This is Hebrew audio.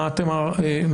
מה אתם מעריכים,